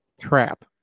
trap